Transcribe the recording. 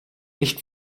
nicht